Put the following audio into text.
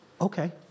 okay